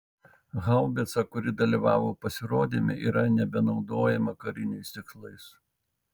haubica kuri dalyvavo pasirodyme yra nebenaudojama kariniais tikslais